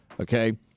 Okay